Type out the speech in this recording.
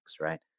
right